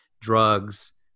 drugs